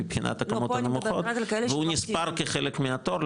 מבחינת הקומות הנמוכות והוא נספר כחלק מהתור,